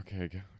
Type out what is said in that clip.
okay